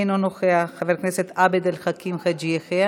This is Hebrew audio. אינו נוכח, חבר הכנסת עבד אל חכים חאג' יחיא,